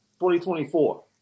2024